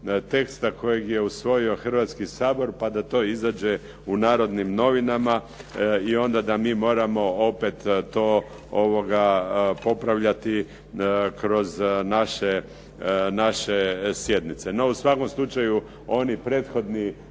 teksta koji je usvojio Hrvatski sabor, pa da to izađe u "Narodnim novinama" i onda da mi moramo opet to popravljati kroz naše sjednica. No u svakom slučaju oni prethodni